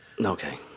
Okay